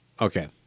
Okay